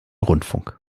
rundfunk